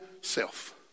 self